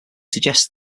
suggest